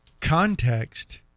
context